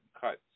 cuts